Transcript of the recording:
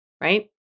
Right